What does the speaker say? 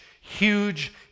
huge